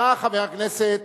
בא חבר הכנסת,